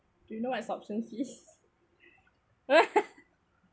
do you know what is option fees